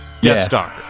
Deathstalker